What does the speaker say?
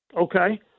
Okay